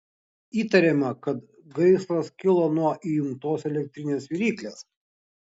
įtariama kad gaisras kilo nuo įjungtos elektrinės viryklės